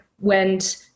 went